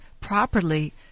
properly